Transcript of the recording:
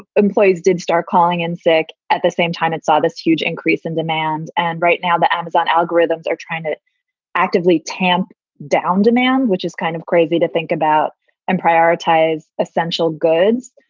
employees did start calling in sick. at the same time, it saw this huge increase in demand. and right now, the amazon algorithms are trying to actively tamp down demand, which is kind of crazy to think about and prioritize essential goods.